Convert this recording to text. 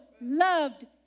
loved